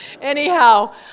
Anyhow